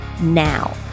now